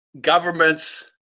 Governments